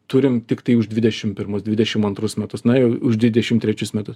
turim tiktai už dvidešim pirmus dvidešim antrus metus na už dvidešim trečius metus